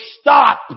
stop